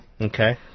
Okay